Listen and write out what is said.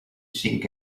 cinc